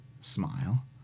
smile